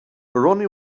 ronnie